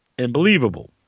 Unbelievable